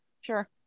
sure